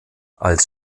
als